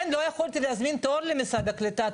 לא יכולתי להזמין תור למשרד הקליטה,